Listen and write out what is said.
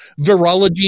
virology